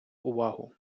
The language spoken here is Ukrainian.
увагу